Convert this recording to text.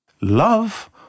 Love